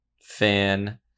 fan